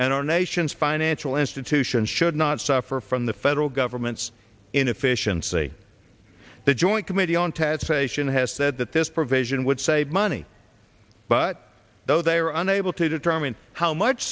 and our nation's financial institutions should not suffer from the federal government's inefficiency the joint committee on taxation has said that this provision would save money but though they are unable to determine how much